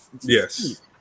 yes